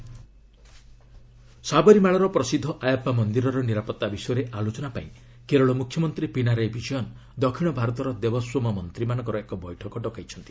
Sabarimala meeting ସାବରିମାଳାର ପ୍ରସିଦ୍ଧ ଆୟାପ୍ୱା ମନ୍ଦିରର ନିରାପତ୍ତା ବିଷୟରେ ଆଲୋଚନାପାଇଁ କେରଳ ମୁଖ୍ୟମନ୍ତ୍ରୀ ପିନାରାୟି ବିଜୟନ୍ ଦକ୍ଷିଣ ଭାରତର ଦେବସ୍ୱମ ମନ୍ତ୍ରୀମାନଙ୍କର ଏକ ବୈଠକ ଡକାଇଛନ୍ତି